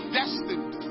destined